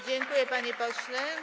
Dziękuję, panie pośle.